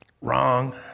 Wrong